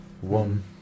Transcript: one